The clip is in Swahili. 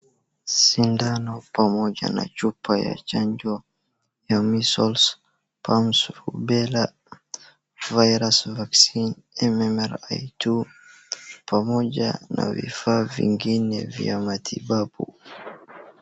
Sindano pamoja na chupa ya chanjo ya measles, ponce rubella vaccine mmi two pamoja na vifaa vingine vya matibabu.